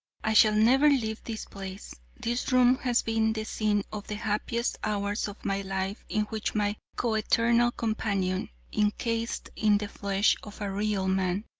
i shall never leave this place. this room has been the scene of the happiest hours of my life in which my coeternal companion, incased in the flesh of a real man,